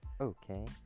Okay